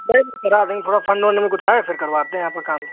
भाई मेरा आदमी थोड़ा फंड वन्ड में कुछ है फिर करवाते हैं आपका काम